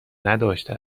نداشته